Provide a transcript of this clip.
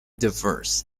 diverse